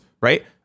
right